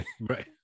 Right